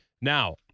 Now